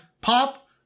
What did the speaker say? pop